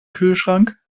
kühlschrank